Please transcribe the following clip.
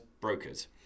brokers